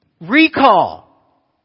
Recall